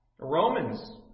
Romans